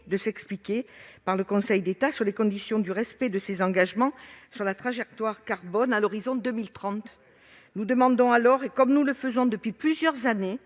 d'être sommée par le Conseil d'État de s'expliquer sur le respect de ses engagements sur la trajectoire carbone à l'horizon de 2030. Nous demandons alors, comme nous le faisons depuis plusieurs années,